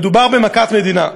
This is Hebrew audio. מדובר במכת מדינה.